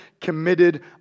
committed